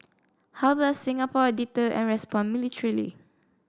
how does Singapore a deter and respond militarily